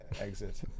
exit